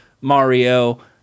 Mario